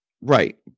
Right